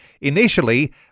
initially